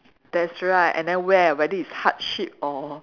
that's right and then where whether it's hardship or